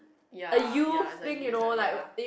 ya ya is the is a ya